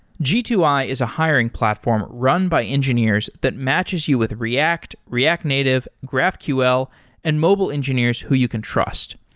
g two i is a hiring platform run by engineers that matches you with react, react native, graphql and mobile engineers who you can trust.